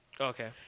Okay